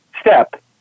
step